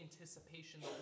anticipation